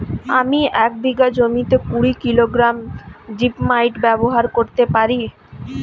আমি এক বিঘা জমিতে কুড়ি কিলোগ্রাম জিপমাইট ব্যবহার করতে পারি?